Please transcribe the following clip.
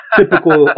typical